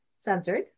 censored